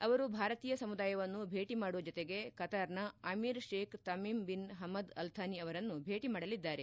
ಅವರು ಭಾರತೀಯ ಸಮುದಾಯವನ್ನು ಭೇಟಿ ಮಾಡುವ ಜೊತೆಗೆ ಕತಾರ್ನ Amir Sheikh Tamim bin Hamad Al Thani ಅವರನ್ನು ಭೇಟಿ ಮಾಡಲಿದ್ದಾರೆ